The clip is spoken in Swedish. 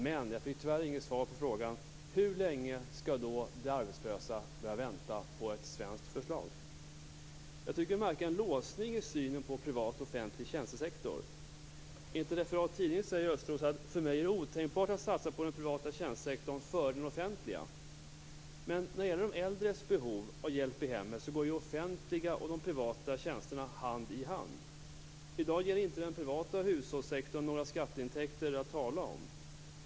Tyvärr fick jag inte något svar på frågan hur länge de arbetslösa skall behöva vänta på ett svenskt förslag. Jag tycker jag märker en låsning i synen på privat och offentlig tjänstesektor. I ett uttalande har Östros sagt att det för honom är otänkbart att satsa på den privata tjänstesektorn före den offentliga. Men vad gäller de äldres behov av hjälp i hemmet går ju de offentliga och privata tjänsterna hand i hand. I dag ger inte den privata hushållssektorn några skatteintäkter att tala om.